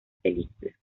película